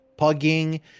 pugging